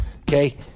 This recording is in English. okay